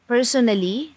personally